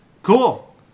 Cool